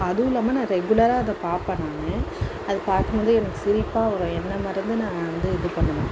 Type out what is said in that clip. அதுவுஇல்லாம நான் ரெகுலராக அதை பார்ப்பன் நான் அதை பார்க்குமோது எனக்கு சிரிப்பாக வரும் என்ன மறந்து நான் வந்து இது பண்ணுவேன்